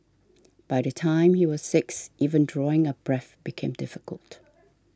by the time he was six even drawing a breath became difficult